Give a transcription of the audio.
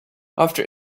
after